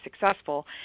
successful